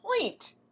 point